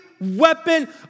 weapon